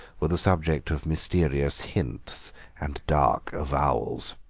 were the subject of mysterious hints and dark avowals.